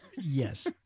Yes